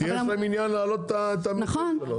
כי יש להם עניין להעלות את המחיר שלו.